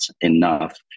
enough